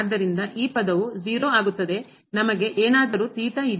ಆದ್ದರಿಂದ ಈ ಪದವು 0 ಆಗುತ್ತದೆ ನಮಗೆ ಏನಾದರೂ ಇದೆ